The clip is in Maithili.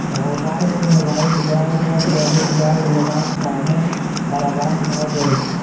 साहूकार के निर्धारित ब्याज दर सॅ अधिक ब्याज लेबाक कारणेँ कारावास भ गेल